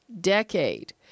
decade